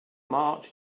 march